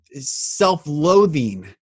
self-loathing